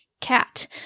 cat